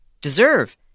deserve